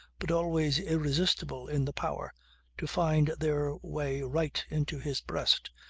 but always irresistible in the power to find their way right into his breast,